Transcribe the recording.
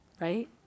right